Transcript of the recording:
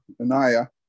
Anaya